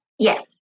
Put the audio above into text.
yes